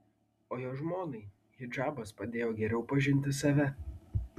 o jo žmonai hidžabas padėjo geriau pažinti save